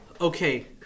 Okay